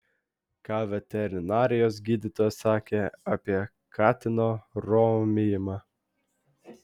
ką veterinarijos gydytojas sakė apie katino romijimą